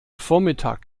vormittag